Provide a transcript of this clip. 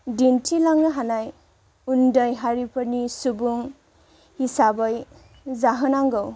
दिन्थिलांनो हानाय उन्दै हारिफोरनि सुबुं हिसाबै जाहोनांगौ